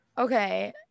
Okay